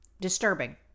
Disturbing